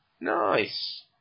Nice